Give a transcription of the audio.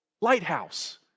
lighthouse